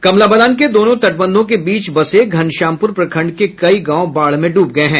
कमला बलान के दोनो तटबंधों के बीच बसे घनश्यामपुर प्रखंड के कई गांव बाढ़ में डूब गये हैं